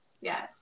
Yes